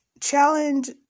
Challenge